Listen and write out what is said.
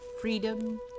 freedom